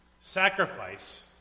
Sacrifice